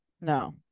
No